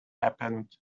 happened